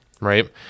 right